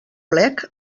plec